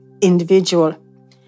individual